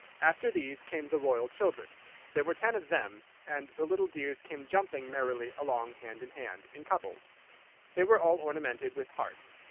after these came the royal children there were ten of them, and the little dears came jumping merrily along hand in hand, in couples they were all ornamented with hearts.